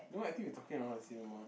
no I think we talking around the same amount